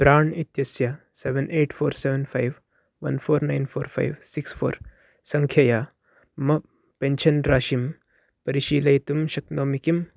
प्राण् इत्यस्य seven eight four seven five one four nine four five six four सङ्ख्यया मम pension राशिं परिशीलयितुं शक्नोमि किम्